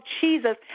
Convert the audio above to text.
Jesus